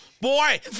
boy